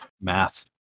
Math